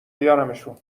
بیارمشون